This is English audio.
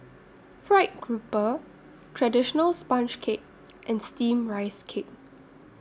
Fried Grouper Traditional Sponge Cake and Steamed Rice Cake